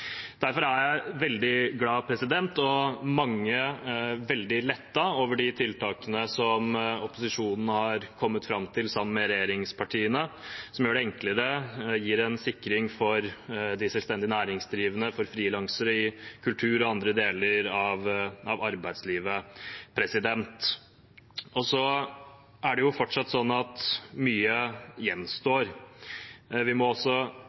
Derfor er jeg veldig glad for – og mange veldig lettet over – de tiltakene som opposisjonen sammen med regjeringspartiene er kommet fram til, som gjør det enklere og gir en sikring for de selvstendig næringsdrivende, for frilansere i kultur og andre deler av arbeidslivet. Så er det fortsatt sånn at mye gjenstår. Vi må også